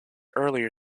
earlier